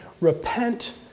Repent